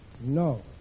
No